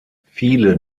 viele